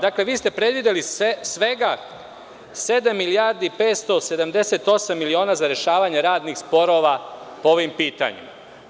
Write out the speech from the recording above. Dakle, vi ste predvideli svega 7.578 miliona za rešavanje radnih sporova po ovim pitanjima.